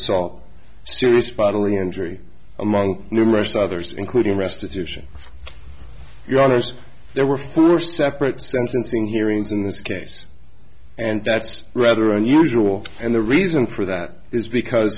assault serious bodily injury among numerous others including restitution yawners there were four separate sentencing hearings in this case and that's rather unusual and the reason for that is because